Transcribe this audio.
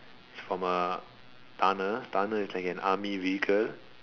is from a tonner tonner is like an army vehicle